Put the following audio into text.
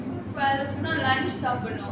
twelve குலாம்:kulaam lunch சாப்பிடணும்:saapidanum